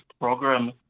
program